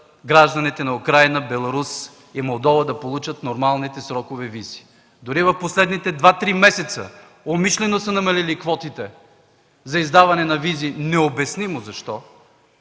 гражданите на Украйна, Беларус и Молдова да получат нормалните в срок визи. Дори в последните два, три месеца умишлено са намалили квотите за издаване на визи – необяснимо защо,